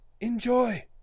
Enjoy